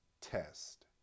Test